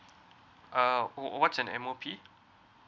uh what's the M_O_P